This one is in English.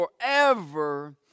forever